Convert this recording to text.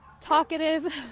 talkative